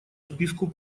списку